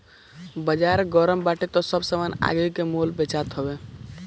बाजार गरम बाटे तअ सब सामान आगि के मोल बेचात हवे